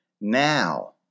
Now